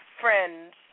friends